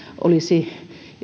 olisi